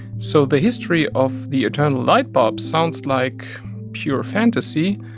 so the history of the eternal light bulb sounds like pure fantasy.